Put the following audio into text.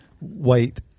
wait